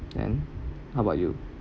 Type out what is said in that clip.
then how about you